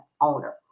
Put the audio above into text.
owner